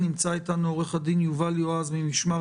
נמצא איתנו עו"ד יובל יועז ממשמר